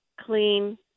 clean